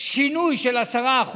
שינוי של 10%,